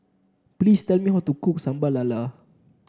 please tell me how to cook Sambal Lala